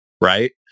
right